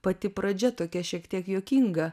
pati pradžia tokia šiek tiek juokinga